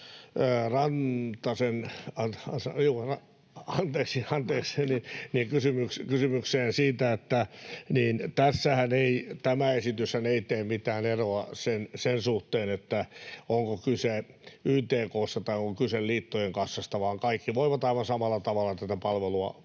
anteeksi — kysymykseen, että tämä esityshän ei tee mitään eroa sen suhteen, onko kyse YTK:sta vai liittojen kassasta, vaan kaikki voivat aivan samalla tavalla tätä palvelua